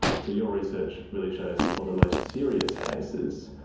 so your research really shows that for the most serious cases,